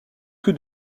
que